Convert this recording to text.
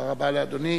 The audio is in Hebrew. תודה רבה לאדוני.